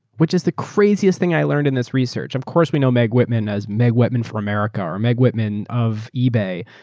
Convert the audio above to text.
which is the craziest thing i learned in this research. of course, we know meg whitman as meg whitman for america or meg whitman of ebay.